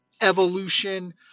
evolution